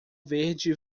verde